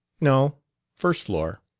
no first floor,